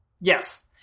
Yes